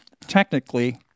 technically